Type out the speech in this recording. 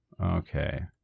Okay